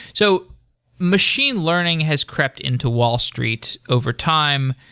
so machine learning has crept into wall street overtime.